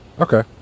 okay